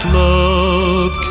love